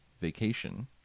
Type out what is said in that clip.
vacation